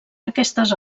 aquestes